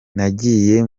nagiye